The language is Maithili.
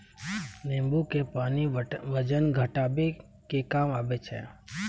नेंबू के पानी वजन घटाबै मे काम आबै छै